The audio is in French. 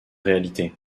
réalité